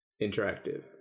interactive